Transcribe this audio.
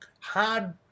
hard